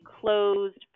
closed